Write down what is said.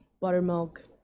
buttermilk